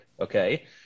Okay